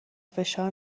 فشار